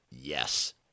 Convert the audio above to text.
yes